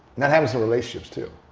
that happens in relationships too.